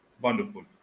Wonderful